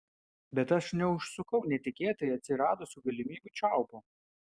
bet aš neužsukau netikėtai atsiradusių galimybių čiaupo